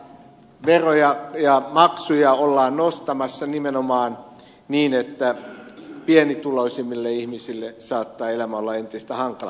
veroja ja maksuja ollaan nostamassa nimenomaan niin että pienituloisimmille ihmisille saattaa elämä olla entistä hankalampaa